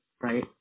right